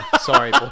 sorry